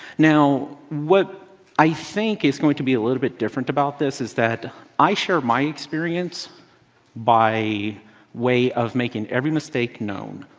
now, what i think is going to be a little bit different about this is that i share my experience by way of making every mistake known.